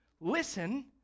Listen